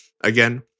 Again